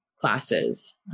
classes